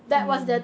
mm